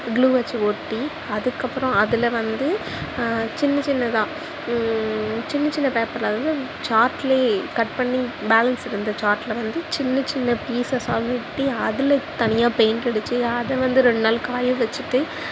clue வச்சு ஒட்டி அதுக்கப்புறோம் அதில் வந்து சின்ன சின்னதாக சின்ன சின்னதாக பேப்பர் அதாவது சார்ட்லேயே கட் பண்ணி பேலன்ஸ் இருந்த சார்டில் வந்து சின்ன சின்ன பீசஸாக ஒட்டி அதில் தனியாக பெயிண்ட் அடிச்சு அதை வந்து ரெண்டு நாள் காய வச்சுட்டு